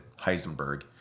Heisenberg